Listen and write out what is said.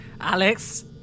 Alex